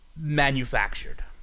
manufactured